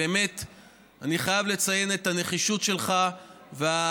ואני חייב לציין את הנחישות שלך ואת